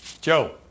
Joe